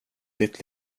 ditt